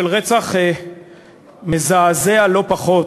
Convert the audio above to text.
רצח מזעזע לא פחות,